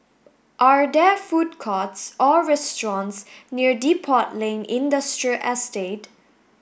are there food courts or restaurants near Depot Lane Industrial Estate